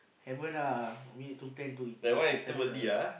haven't ah we need to plan to with each other lah